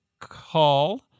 call